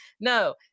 No